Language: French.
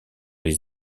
les